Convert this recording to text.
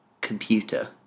computer